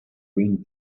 green